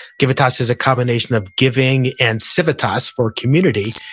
givitas is a combination of giving and civitas or community,